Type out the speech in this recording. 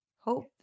Hope